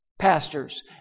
pastors